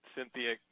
Cynthia